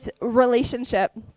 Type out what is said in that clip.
relationship